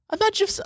Imagine